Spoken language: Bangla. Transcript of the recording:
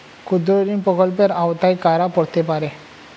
ক্ষুদ্রঋণ প্রকল্পের আওতায় কারা পড়তে পারে?